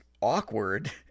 awkward